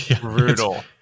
brutal